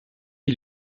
qui